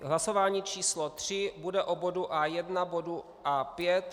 Hlasování číslo tři bude o bodu A1, bodu 5.